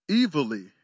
evilly